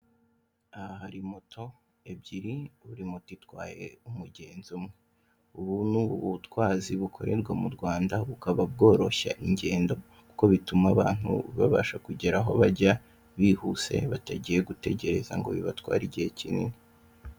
Aha hari moto ebyiri buri moto itwaye umugenzi umwe, ubu ni ubutwazi bukorerwa mu Rwanda bukaba bworoshya ingendo kuko bituma abantu babasha kugera aho bajya bihuse batagiye gutegereza ngo bibatware igihe kinini.